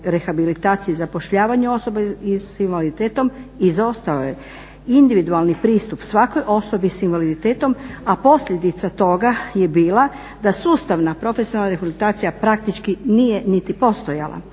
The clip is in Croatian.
rehabilitaciji i zapošljavanju osoba s invaliditetom izostao je individualni pristup svakoj osobi s invaliditetom a posljedica toga je bila da sustavna profesionalna rehabilitacija praktički nije niti postojala.